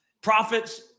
profits